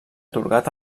atorgat